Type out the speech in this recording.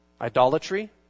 idolatry